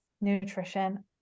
nutrition